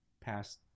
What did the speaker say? past